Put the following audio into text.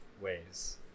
ways